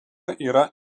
yra